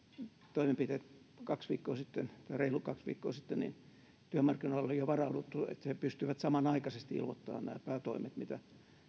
toimenpiteet reilu kaksi viikkoa sitten työmarkkinoilla oli jo varauduttu että he pystyivät samanaikaisesti ilmoittamaan nämä päätoimet mitä